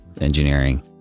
engineering